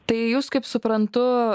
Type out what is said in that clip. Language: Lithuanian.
tai jūs kaip suprantu